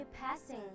passing